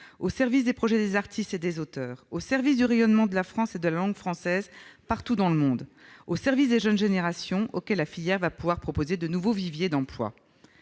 au service des projets des artistes et des auteurs, au service du rayonnement de la France et de la langue française partout dans le monde, au service des jeunes générations, auxquelles la filière va pouvoir proposer de nouveaux viviers d'emplois.